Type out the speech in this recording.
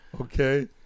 Okay